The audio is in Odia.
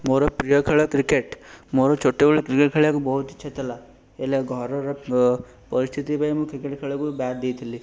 ମୋର ପ୍ରିୟ ଖେଳ କ୍ରିକେଟ୍ ମୋର ଛୋଟବେଳୁ କ୍ରିକେଟ୍ ଖେଳିବାକୁ ବହୁତ ଇଛା ଥିଲା ହେଲେ ଘରର ପରିସ୍ଥିତି ପାଇଁ ମୁଁ କ୍ରିକେଟ୍ ଖେଳକୁ ବାଦ୍ ଦେଇଥିଲି